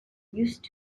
used